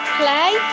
play